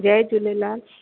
Jay Jhulelal